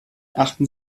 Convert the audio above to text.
achten